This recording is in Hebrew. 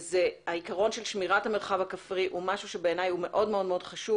העיקרון של שמירת המרחב הכפרי הוא משהו שבעיניי הוא מאוד מאוד חשוב.